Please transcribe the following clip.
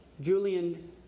Julian